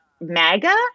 MAGA